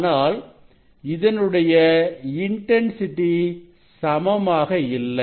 ஆனால் இதனுடைய இன்டன்சிட்டிintensity சமமாக இல்லை